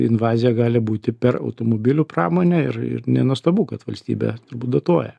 invazija gali būti per automobilių pramonę ir ir nenuostabu kad valstybė turbūt dotuoja